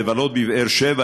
לבלות בבאר-שבע,